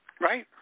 Right